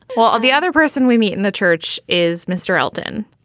well, the other person we meet in the church is mr elton.